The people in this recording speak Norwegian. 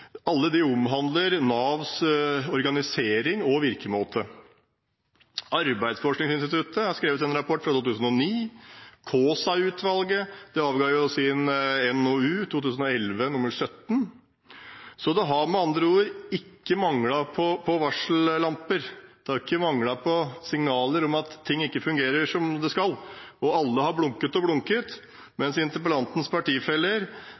omhandler Navs organisering og virkemåte. Arbeidsforskningsinstituttet har skrevet en rapport i 2009, og Kaasa-utvalget avga sin NOU i 2011, NOU 2011: 17. Det har med andre ord ikke manglet på varsellamper – det har ikke manglet på signaler på at ting ikke fungerer som de skal – og alle har blunket og blunket, mens interpellantens partifeller